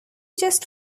just